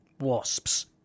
Wasps